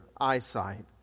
eyesight